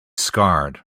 scarred